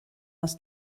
aus